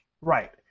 Right